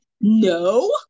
No